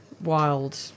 wild